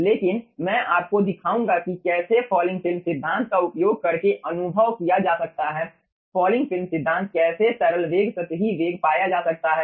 लेकिन मैं आपको दिखाऊंगा कि कैसे फॉलिंग फिल्म सिद्धांत का उपयोग करके अनुभव किया जा सकता है फॉलिंग फिल्म सिद्धांत कैसे तरल वेग सतही वेग पाया जा सकता है